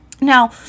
Now